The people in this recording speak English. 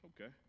okay